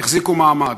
החזיקו מעמד.